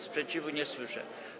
Sprzeciwu nie słyszę.